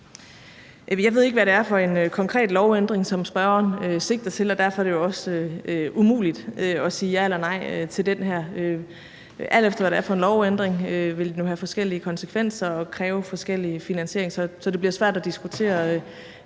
Jeg ved ikke, hvad det er for en konkret lovændring, som spørgeren sigter til, og derfor er det jo også umuligt at sige ja eller nej til det her. Alt efter hvad det er for en lovændring, vil den jo have forskellige konsekvenser og kræve forskellig finansiering. Så det bliver svært at diskutere